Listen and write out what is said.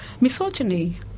misogyny